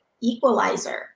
equalizer